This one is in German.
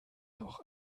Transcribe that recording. auch